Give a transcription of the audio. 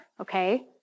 okay